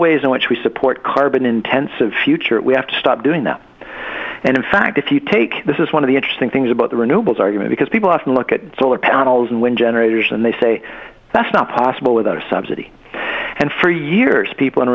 ways in which we support carbon intensive future we have to stop doing that and in fact if you take this is one of the interesting things about the renewables argument because people often look at solar panels and wind generators and they say that's not possible without subsidy and for years people a